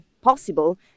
possible